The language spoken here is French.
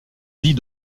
vie